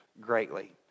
greatly